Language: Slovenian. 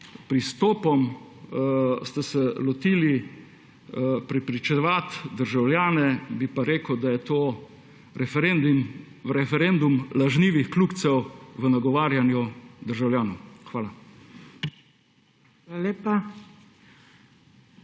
pristopom ste se lotili prepričevati državljane, bi pa rekel, da je to referendum lažnivih kljukcev v nagovarjanju državljanov. Hvala.